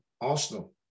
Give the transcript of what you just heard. Arsenal